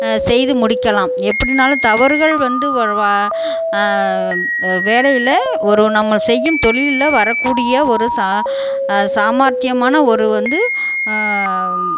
செய்து முடிக்கலாம் எப்படினாலும் தவறுகள் வந்து வேலையில் ஒரு நம்ம செய்யும் தொழிலில் வரக்கூடிய ஒரு சா சாமார்த்தியமான ஒரு வந்து